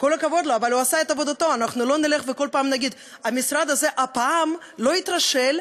אנחנו לא נלך וכל פעם נגיד: המשרד הזה הפעם לא התרשל,